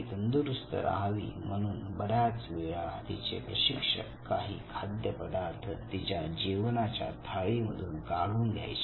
ती तंदुरुस्त राहावी म्हणून बऱ्याच वेळा तिचे प्रशिक्षक काही खाद्यपदार्थ तिच्या जेवणाच्या थाळी मधून काढून घ्यायचे